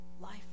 Life